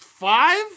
five